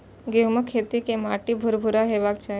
गहूमक खेत के माटि भुरभुरा हेबाक चाही